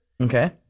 Okay